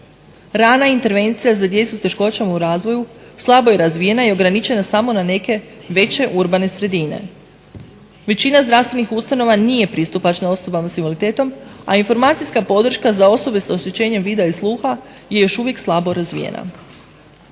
Rana intervencija za djecu s teškoćama u razvoju slabo je razvijena i ograničena samo na neke veće urbane sredine. Većina zdravstvenih ustanova nije pristupačna osobe sa invaliditetom a informacijska podrška za osobe sa oštećenjem vida i sluha je još uvijek slabo razvijena.